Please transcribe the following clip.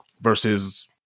Versus